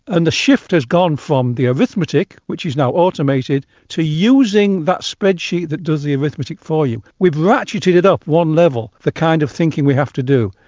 and the shift has gone from the arithmetic, which is now automated, to using that spreadsheet that does the arithmetic for you. we've ratcheted up one level the kind of thinking we have to do.